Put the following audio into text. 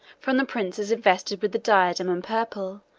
from the princes invested with the diadem and purple,